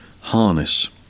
harness